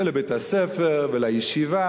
לבית-הספר ולישיבה.